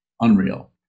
Unreal